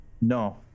no